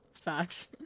facts